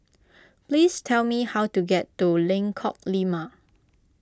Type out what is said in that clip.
please tell me how to get to Lengkok Lima